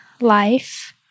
life